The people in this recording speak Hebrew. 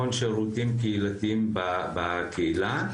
המון שירותים קהילתיים בקהילה,